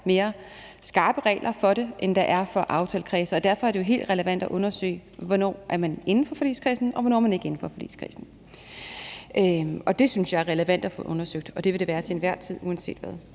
mere skarpe regler, end der er for aftalekredse, og derfor er det jo helt relevant at undersøge, hvornår man er inden for forligskredsen, og hvornår man ikke er inden for forligskredsen. Og det synes jeg er relevant at få undersøgt, og det vil det være til enhver tid og uanset hvad.